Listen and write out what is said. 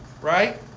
Right